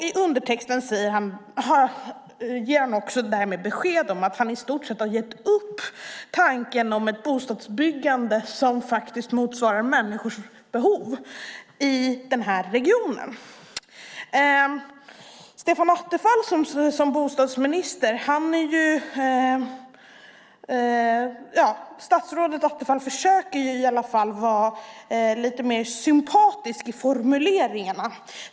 I undertexten ger han därmed också besked om att han i stort sett har gett upp tanken på ett bostadsbyggande som faktiskt motsvarar människors behov i den här regionen. Statsrådet Attefall försöker i alla fall vara lite mer sympatisk i formuleringarna.